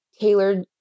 tailored